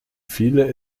viele